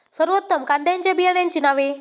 सर्वोत्तम कांद्यांच्या बियाण्यांची नावे?